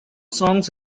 songs